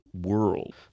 world